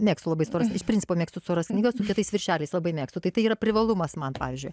mėgstu labai storas iš principo mėgstu storas knygas su kietais viršeliais labai mėgstu tai tai yra privalumas man pavyzdžiui